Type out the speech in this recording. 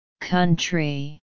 Country